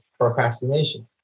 procrastination